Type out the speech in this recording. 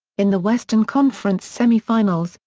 in the western conference semifinals,